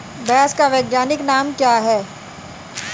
भैंस का वैज्ञानिक नाम क्या है?